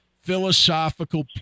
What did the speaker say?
philosophical